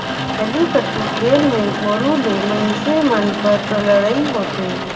जल्लीकट्टू खेल मे गोरू ले मइनसे मन कर लड़ई होथे